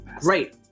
Great